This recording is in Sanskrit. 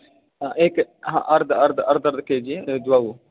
हा एकं हा अर्ध अर्ध अर्ध अर्ध अर्ध के जि द्वौ